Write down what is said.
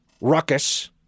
ruckus